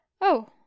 Oh